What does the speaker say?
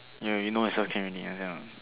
ya you know yourself can already you know